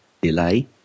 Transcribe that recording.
delay